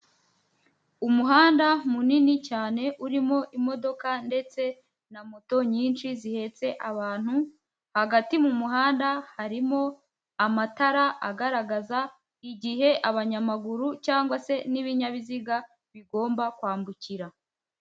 umuhanda munini cyane urimo imodoka ndetse na moto nyinshi zihetse abantu, hagati mu muhanda harimo amatara agaragaza igihe abanyamaguru cyangwa se n'ibinyabiziga bigomba kwambukira.